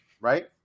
Right